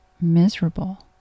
miserable